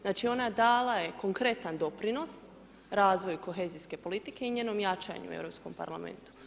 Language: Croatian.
Znači, ona dala je konkretan doprinos razvoju kohezijske politike i njenom jačanju u Europskom parlamentu.